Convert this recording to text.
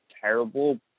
terrible